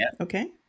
okay